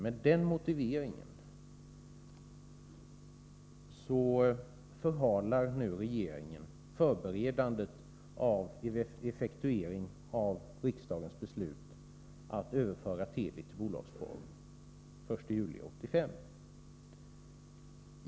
Med den motiveringen förhalar nu regeringen förberedandet av en effektuering av riksdagens beslut att överföra Teli till bolagsform den 1 juli 1985.